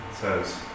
says